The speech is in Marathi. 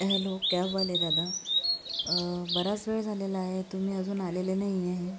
हॅलो कॅबवाले दादा बराच वेळ झालेला आहे तुम्ही अजून आलेले नाही आहे